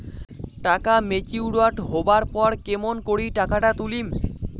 টাকা ম্যাচিওরড হবার পর কেমন করি টাকাটা তুলিম?